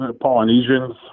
Polynesians